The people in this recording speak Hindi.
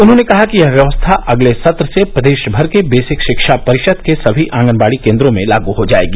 उन्होंने कहा कि यह व्यवस्था अगले सत्र से प्रदेश भर के बेसिक शिक्षा परिषद के सर्मी आंगनबाड़ी केंद्रों में लागू हो जाएगी